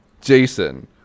Jason